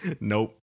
Nope